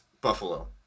Buffalo